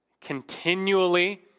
Continually